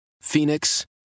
Phoenix